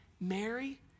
Mary